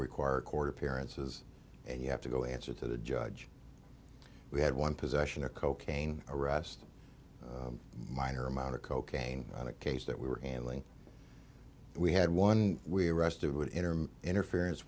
require court appearances and you have to go answer to the judge we had one possession of cocaine arrest minor amount of cocaine in a case that we were handling we had one we arrested would enter